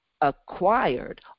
acquired